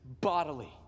bodily